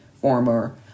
former